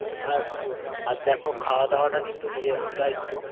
হুম আর আর দেখো খাওয়া দাওয়াটা কিন্তু নিজের আমরাই দেবো